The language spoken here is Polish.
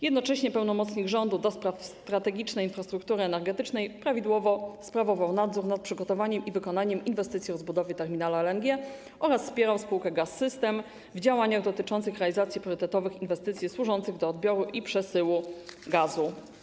Jednocześnie pełnomocnik rządu ds. strategicznej infrastruktury energetycznej prawidłowo sprawował nadzór nad przygotowaniem i wykonaniem inwestycji rozbudowy terminala LNG oraz wspierał spółkę Gaz-System w działaniach dotyczących realizacji priorytetowych inwestycji służących do odbioru i przesyłu gazu.